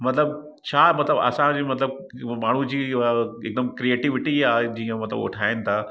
मतलबु छा मतलबु असांजी मतलबु उहा माण्हूअ जी हिकदमि क्रीएटिविटी आहे मतलबु जीअं मतलबु उहो ठाहिनि था